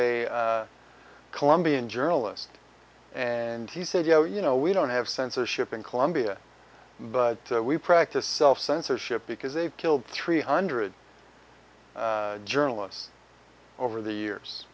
a colombian journalist and he said you know you know we don't have censorship in colombia but we practice self censorship because they've killed three hundred journalists over the years